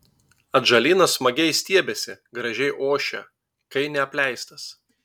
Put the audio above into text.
atžalynas smagiai stiebiasi gražiai ošia kai neapleistas